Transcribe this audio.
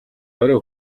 орой